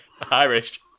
Irish